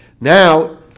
Now